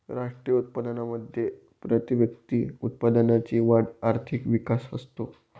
राष्ट्रीय उत्पन्नामध्ये प्रतिव्यक्ती उत्पन्नाची वाढ आर्थिक विकास असतो